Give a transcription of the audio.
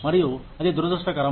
మరియు అది దురదృష్టకరం